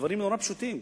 הדברים נורא פשוטים.